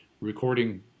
recording